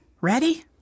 ready